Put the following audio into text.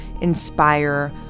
inspire